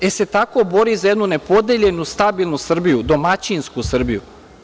Da li se tako bori za jednu nepodeljenu, stabilnu Srbiju, domaćinsku Srbiju?